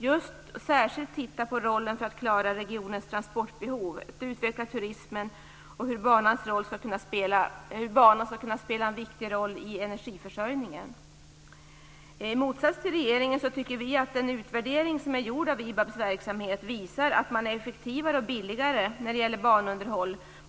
Man bör särskilt titta på hur regionens transportbehov klaras, hur man utvecklar turismen och hur banan skall kunna spela en viktig roll i energiförsörjningen. I motsats till regeringen tycker vi att den utvärdering av IBAB:s verksamhet som gjorts visar att företaget är effektivt och billigt när det gäller banunderhåll.